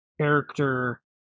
character